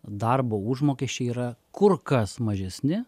darbo užmokesčiai yra kur kas mažesni